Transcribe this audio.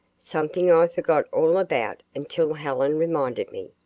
something i forgot all about until helen reminded me.